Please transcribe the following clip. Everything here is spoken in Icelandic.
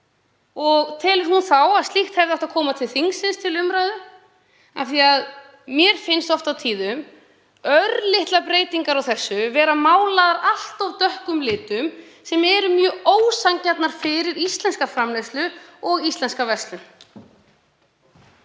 51? Telur hún að slíkt hefði átt að koma til þingsins til umræðu? Mér finnst oft á tíðum örlitlar breytingar á þessu kerfi vera málaðar allt of dökkum litum og það er mjög ósanngjarnt fyrir íslenska framleiðslu og íslenska verslun.